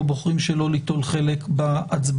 או בוחרים שלא ליטול חלק בהצבעה.